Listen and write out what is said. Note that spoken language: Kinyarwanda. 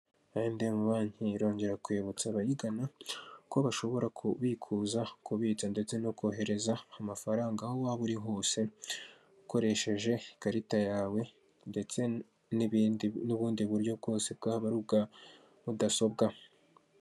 Umuhanda wa kaburimbo cyangwa se w'umukara uri gukoreshwa n'ibinyabiziga bitandukanye, bimwe muri byo ni amagare abiri ahetse abagenzi ikindi nii ikinyabiziga kiri mu ibara ry'umweru cyangwa se ikamyo kikoreye inyuma imizigo bashumikishije itente cyangwa se igitambaro cy'ubururu.